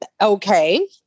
Okay